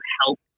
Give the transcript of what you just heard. help